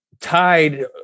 tied